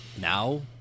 Now